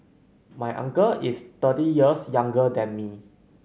my uncle is thirty years younger than me